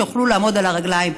שיוכלו לעמוד על הרגליים.